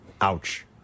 Ouch